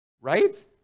Right